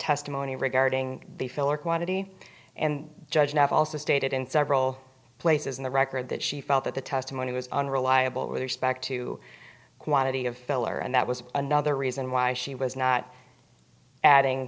testimony regarding the filler quantity and judge have also stated in several places in the record that she felt that the testimony was unreliable with respect to quantity of filler and that was another reason why she was not adding